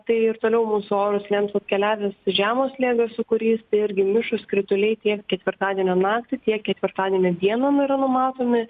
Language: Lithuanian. tai ir toliau mūsų orus lems atkeliavęs žemo slėgio sūkurys irgi mišrūs krituliai tiek ketvirtadienio naktį tiek ketvirtadienio dieną nu yra matomi